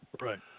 Right